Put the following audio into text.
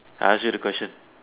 I ask you the question